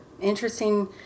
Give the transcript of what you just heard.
interesting